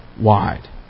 wide